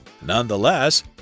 Nonetheless